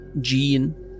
gene